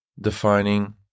defining